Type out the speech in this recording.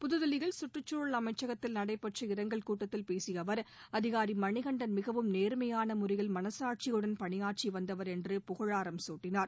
புதுதில்லியில் கற்றுச்சூழல் அமைச்சகத்தில் நடைபெற்ற இரங்கல் கூட்டத்தில் பேசிய அவர் அதிகாரி மணிகண்டன் மிகவும் நேர்மையான முறையில் மனச்சாட்சியுடன் பணியாற்றி வந்தவர் என்று புகழாரம் சூட்டினார்